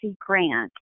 grant